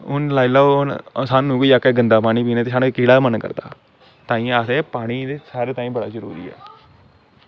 हून सानूं आक्खी लैओ गंदा पानी पीने ताहीं ते साढ़ा पीने दा मन करदा केह् ताहियें पानी साढ़े ताहीं बड़ा जरूरी ऐ